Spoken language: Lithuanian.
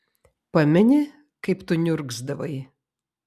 pameni kaip tu niurgzdavai